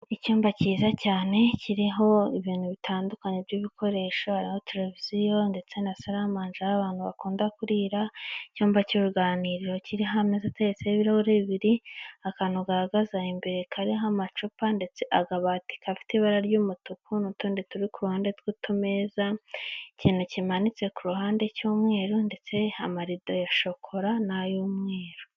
Icyumba cyiza cyane kiriho ibintu bitandukanye by'ibikoresho aho televiziyo ndetse na sala manje aho abantu bakunda kurira, icyumba cy'uruganiriro kiriho ameza ateretseho ibirahuri bibiri, akantu gahagaze imbere kariho amacupa ndetse akabati gafite ibara ry'umutuku n'utundi turi kuruhande tw'utumeza, ikintu kimanitse ku ruhande cy'umweru ndetse amarido ya shokora n'ay'umweru.